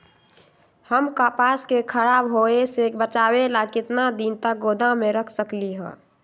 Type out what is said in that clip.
हम कपास के खराब होए से बचाबे ला कितना दिन तक गोदाम में रख सकली ह?